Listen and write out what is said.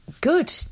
good